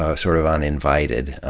ah sort of uninvited.